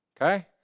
Okay